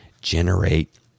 generate